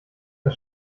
das